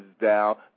down